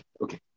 Okay